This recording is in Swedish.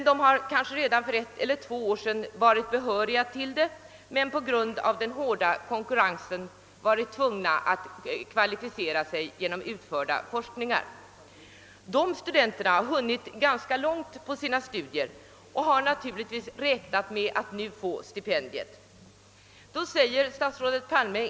De har kanske redan för ett eller ett par år sedan varit behöriga till det men på grund av den hårda konkurrensen varit tvungna att kvalificera sig genom utförda forskningar. Dessa studenter har hunnit ganska långt i sina studier och har naturligtvis räknat med att nu få stipendier.